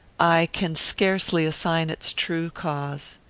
i can scarcely assign its true cause.